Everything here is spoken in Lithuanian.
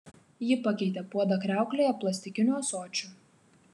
ji pakeitė puodą kriauklėje plastikiniu ąsočiu